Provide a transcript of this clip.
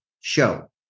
show